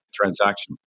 transaction